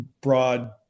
broad